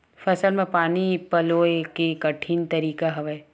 फसल म पानी पलोय के केठन तरीका हवय?